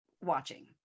watching